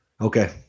Okay